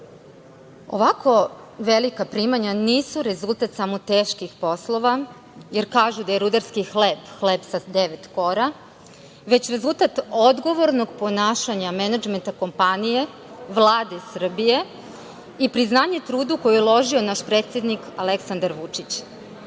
Ovako velika primanja nisu rezultat samo teških poslova, jer kažu da je rudarski hleb, hleb sa devet kora, već rezultat odgovornog ponašanja menadžmenta kompanije, Vlade Srbije i priznanje trudu koji je uložio naš predsednik Aleksandar Vučić,